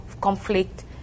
conflict